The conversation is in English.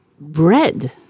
Bread